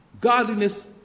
Godliness